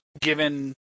given